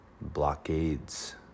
blockades